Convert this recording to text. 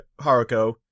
Haruko